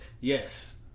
Yes